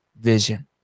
vision